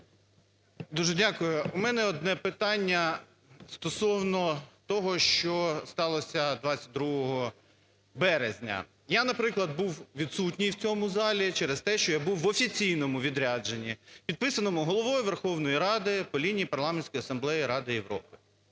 Дуже дякую. У мене одне питання стосовно того, що сталося 22 березня. Я, наприклад, був відсутній в цьому залі через те, що я був в офіційному відрядженні, підписаному Головою Верховної Ради по лінії Парламентської асамблеї Ради Європи.